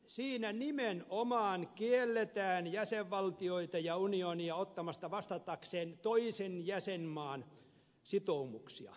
siinä nimenomaan kielletään jäsenvaltioita ja unionia ottamasta vastatakseen toisen jäsenmaan sitoumuksia